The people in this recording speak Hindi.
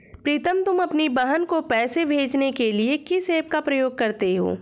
प्रीतम तुम अपनी बहन को पैसे भेजने के लिए किस ऐप का प्रयोग करते हो?